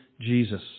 Jesus